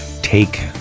Take